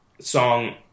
song